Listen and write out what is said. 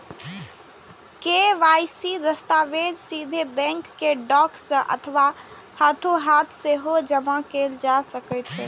KYC दस्तावेज सीधे bank कें डाक सं अथवा हाथोहाथ सेहो जमा कैल जा सकै छै